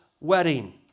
wedding